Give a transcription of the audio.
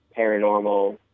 paranormal